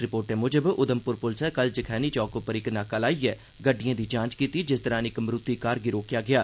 रिपोर्टें मुजब उधमपुर पुलसै कल जखैनी चौक उप्पर इक नाका लाइयै गडि्डएं दी जांच कीती जिस दौरान इक मरूती कार गी रोकेआ गेआ